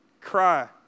Cry